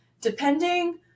Depending